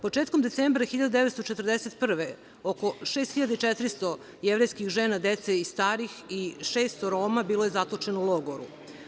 Početkom decembra 1941. godine, oko 6.400 jevrejskih žena, dece i starih i 600 Roma bilo je zatočeno u logoru.